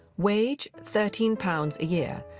wage thirteen pounds a year.